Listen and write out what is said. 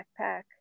backpack